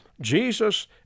Jesus